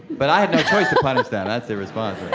but i had no choice to punish them. that's the response